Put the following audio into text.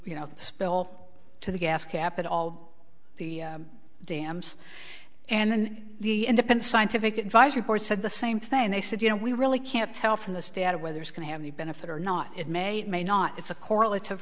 you know spill to the gas cap and all the dams and then the independent scientific advisory board said the same thing they said you know we really can't tell from this data whether it's going to have any benefit or not it may it may not it's a correlate of